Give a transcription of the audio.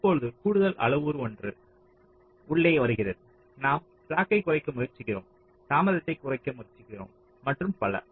இப்போது கூடுதல் அளவுரு ஒன்று உள்ளே வருகிறது நாம் ஸ்லாக்யை குறைக்க முயற்சிக்கிறோம் தாமதத்தை குறைக்க முயற்சிக்கிறோம் மற்றும் பல